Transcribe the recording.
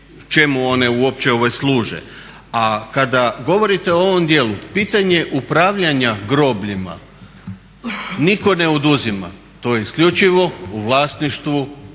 A kada govorite o ovom dijelu pitanje upravljanja grobljima nitko ne oduzima, to je isključivo u vlasništvu jedinice